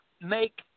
make